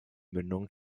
mündung